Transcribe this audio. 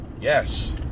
yes